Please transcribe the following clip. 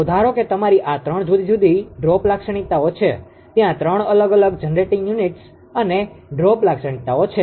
તો ધારો કે તમારી આ ત્રણ જુદી જુદી ડ્રોપ લાક્ષણિકતાઓ છે ત્યાં ત્રણ અલગ અલગ જનરેટિંગ યુનિટ્સ અને ડ્રોપ લાક્ષણિકતાઓ છે